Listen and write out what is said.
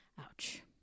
Ouch